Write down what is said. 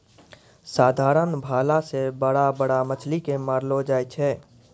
साधारण भाला से बड़ा बड़ा मछली के मारलो जाय छै